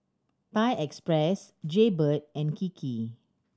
Thai Express Jaybird and Kiki